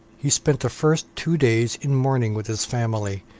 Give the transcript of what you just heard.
he spent the first two days in mourning with his family,